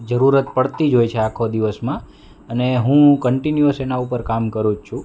જરૂરત પડતી જ હોય છે આખો દિવસમાં અને હું કન્ટિન્યુઅસ એનાં ઉપર કામ કરું જ છું